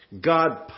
God